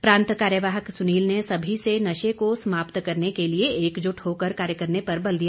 प्रांत कार्यवाहक सुनील ने सभी से नशे को समाप्त करने के लिए एकजुट होकर कार्य करने पर बल दिया